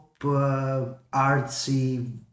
artsy